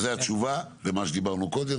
זו התשובה למה שדיברנו קודם.